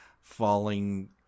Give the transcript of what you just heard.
falling